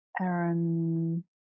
Aaron